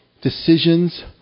decisions